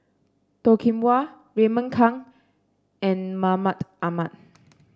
Toh Kim Hwa Raymond Kang and Mahmud Ahmad